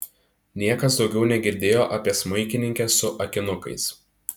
niekas daugiau negirdėjo apie smuikininkę su akinukais